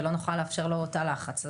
ולא נוכל לאפשר לו תא לחץ.